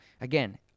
again